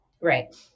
Right